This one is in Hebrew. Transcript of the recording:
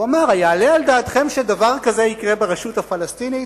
והוא אומר: היעלה על דעתכם שדבר כזה יקרה ברשות הפלסטינית?